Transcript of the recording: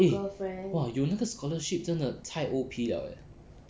eh !wah! 有那个 scholarship 真的太 O_P 了 eh